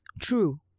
true